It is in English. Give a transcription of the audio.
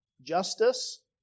Justice